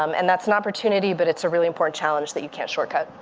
um and that's an opportunity, but it's a really important challenge that you can't shortcut.